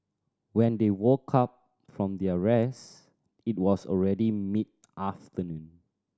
when they woke up from their rest it was already mid afternoon